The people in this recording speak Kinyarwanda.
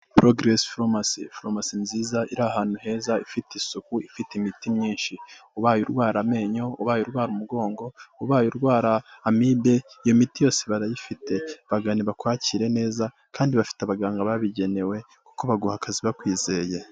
Progress Pharmacy, ni farumasi nziza iri ahantu heza, ifite isuku, ifite imiti myinshi. Ubaye urwara amenyo, ubaye urwara umugongo, ubaye urwara Amibe, iyo miti yose barayifite. Bagane bakwakire neza kandi bafite abaganga babigenewe kuko baguha akazi bakwizeye.